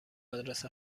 آدرس